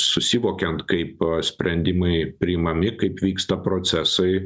susivokiant kaip sprendimai priimami kaip vyksta procesai